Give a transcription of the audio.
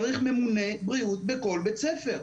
צריך ממונה בריאות בכל בית ספר.